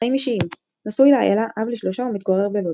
חיים אישיים נשוי לאילה, אב לשלושה, ומתגורר בלוד.